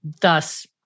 thus